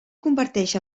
converteix